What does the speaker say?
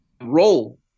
role